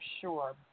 sure